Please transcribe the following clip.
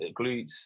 glutes